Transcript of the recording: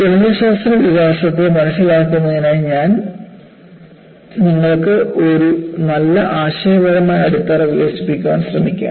ഗണിതശാസ്ത്ര വികാസത്തെ മനസ്സിലാക്കുന്നതിനായി ഞാൻ നിങ്ങൾക്ക് ഒരു നല്ല ആശയപരമായ അടിത്തറ വികസിപ്പിക്കാൻ ശ്രമിക്കുകയാണ്